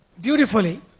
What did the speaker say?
beautifully